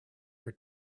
for